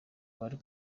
bari